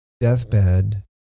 deathbed